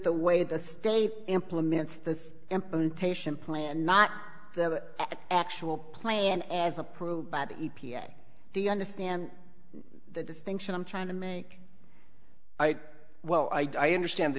the way the state implements the implementation plan not the actual plan as approved by the e p a the understand the distinction i'm trying to make i well i understand the